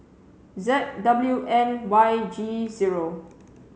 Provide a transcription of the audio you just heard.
Z W N Y G zero